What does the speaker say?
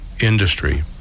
industry